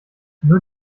nur